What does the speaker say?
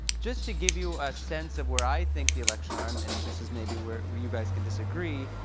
just to give you a sense of where i think the elections are, and and this is maybe where where you guys can disagree,